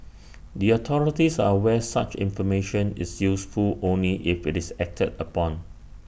the authorities are aware such information is useful only if IT is acted upon